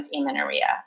amenorrhea